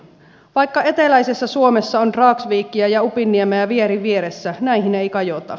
vaikka eteläisessä suomessa on dragsvikiä ja upinniemeä vieri vieressä näihin ei kajota